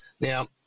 Now